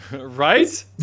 right